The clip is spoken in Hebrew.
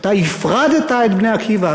שאתה הפרדת את "בני עקיבא",